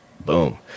boom